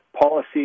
policy